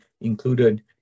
included